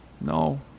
No